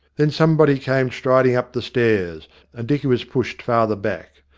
then somebody came striding up the stairs, and dicky was pushed farther back.